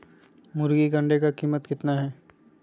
मुर्गी के अंडे का कीमत कितना है?